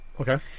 Okay